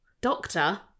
doctor